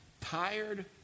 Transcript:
tired